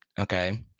okay